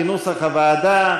מאיר כהן,